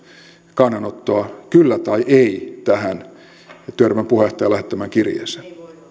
kannanottoa kyllä tai ei tähän työryhmän puheenjohtajan lähettämään kirjeeseen